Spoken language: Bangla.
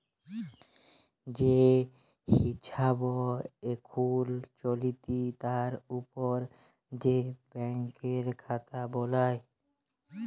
যে হিছাব এখুল চলতি তার উপর যে ব্যাংকের খাতা বালাই